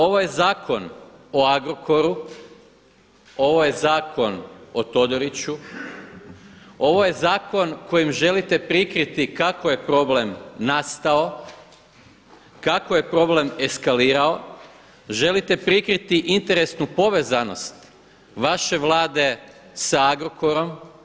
Ovo je zakon o Agrokoru, ovo je zakon o Todoriću, ovo je zakon kojim želite prikriti kako je problem nastao, kako je problem eskalirao, želite prikriti interesnu povezanost vaše Vlade sa Agrokorom.